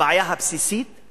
הבעיה הבסיסית היא